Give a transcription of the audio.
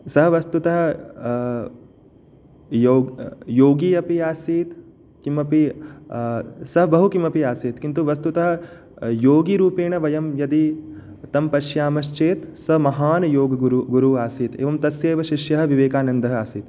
सः वस्तुतः योग् योगी अपि आसीत् किमपि सः बहुकिमपि आसीत् किन्तु वस्तुतः योगीरूपेण वयं यदि तं पश्यामश्चेत् सः महान् योगगुरु गुरुः असीत् एवं तस्येव शिष्य विवेकानन्दः आसीत्